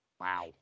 Wow